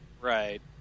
Right